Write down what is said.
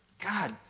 God